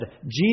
Jesus